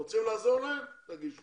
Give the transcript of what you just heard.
אתם רוצים לעזור להם, תגישו.